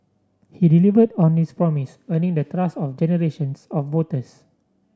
he delivered on this promise earning the trust of generations of voters